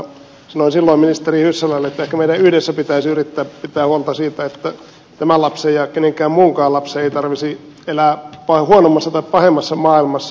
sanoin silloin ministeri hyssälälle että ehkä meidän yhdessä pitäisi yrittää pitää huolta siitä että tämän lapsen ja kenenkään muunkaan lapsen ei tarvitsisi elää huonommassa tai pahemmassa maailmassa